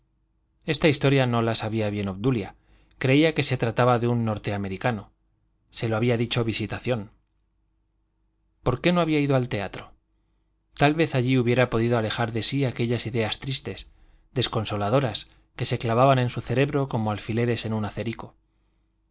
esta historia no la sabía bien obdulia creía que se trataba de un norte americano se lo había dicho visitación por qué no había ido al teatro tal vez allí hubiera podido alejar de sí aquellas ideas tristes desconsoladoras que se clavaban en su cerebro como alfileres en un acerico